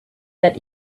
that